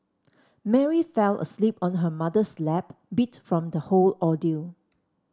Mary fell asleep on her mother's lap beat from the whole ordeal